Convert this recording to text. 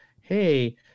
hey –